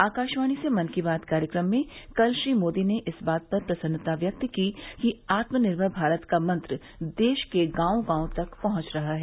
आकाशवाणी से मन की बात कार्यक्रम में कल श्री मोदी ने इस बात पर प्रसन्नता व्यक्त की कि आत्मनिर्भर भारत का मंत्र देश के गांव गांव तक पहंच रहा है